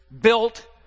built